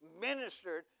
ministered